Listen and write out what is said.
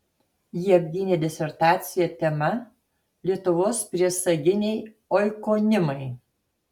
ji apgynė disertaciją tema lietuvos priesaginiai oikonimai